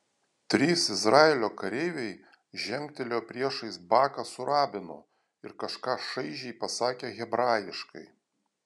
trys izraelio kareiviai žengtelėjo priešais baką su rabinu ir kažką šaižiai pasakė hebrajiškai